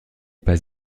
pas